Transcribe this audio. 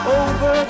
over